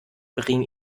bring